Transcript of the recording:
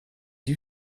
you